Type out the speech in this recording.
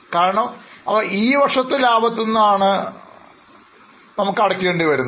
കാരണം അവ ഈ വർഷത്തെ ലാഭത്തിൽ നിന്നാണ് അടയ്ക്കേണ്ടി വരുന്നത്